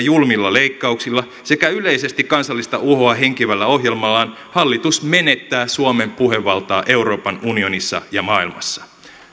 julmilla leikkauksilla sekä yleisesti kansallista uhoa henkivällä ohjelmallaan hallitus menettää suomen puhevaltaa euroopan unionissa ja maailmassa